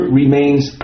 remains